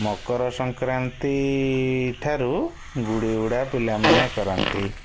ମକର ସଂକ୍ରାନ୍ତି ଠାରୁ ଗୁଡ଼ି ଉଡ଼ା ପିଲାମାନେ କରନ୍ତି